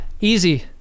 Easy